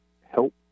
help